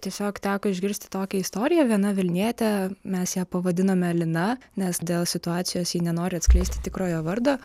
tiesiog teko išgirsti tokią istoriją viena vilnietė mes ją pavadinome lina nes dėl situacijos ji nenori atskleisti tikrojo vardo